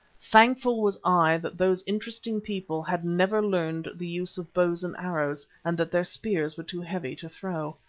thankful was i that those interesting people had never learned the use of bows and arrows, and that their spears were too heavy to throw.